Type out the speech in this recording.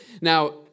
Now